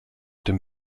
dem